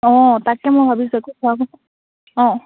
অঁ তাকে মই ভাবিছোঁ একো খোৱা নাই অঁ